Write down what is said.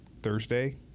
Thursday